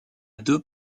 deux